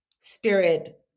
Spirit